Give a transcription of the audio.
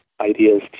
ideas